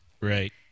Right